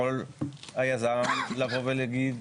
יכול היזם לבוא ולהגיד,